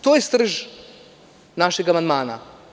To je srž našeg amandmana.